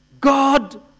God